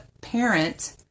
parent